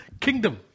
kingdom